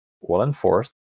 well-enforced